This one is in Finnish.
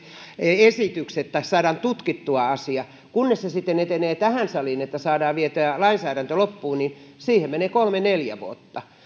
esitykset tai saadaan tutkittua asia kunnes se sitten etenee tähän saliin että saadaan vietyä lainsäädäntö loppuun niin siihen menee kolme neljä vuotta